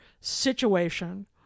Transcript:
situation